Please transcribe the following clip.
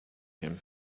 him